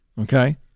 okay